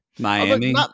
Miami